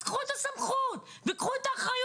אז קחו את הסמכות וקחו את האחריות,